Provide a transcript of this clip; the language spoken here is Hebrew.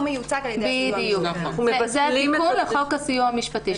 הוא מיוצג על ידי הסיוע המשפטי.